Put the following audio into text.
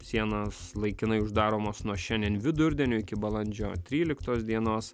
sienos laikinai uždaromos nuo šiandien vidurdienio iki balandžio tryliktos dienos